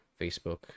Facebook